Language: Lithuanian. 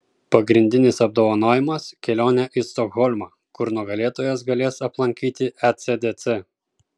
pagrindinis apdovanojimas kelionė į stokholmą kur nugalėtojas galės aplankyti ecdc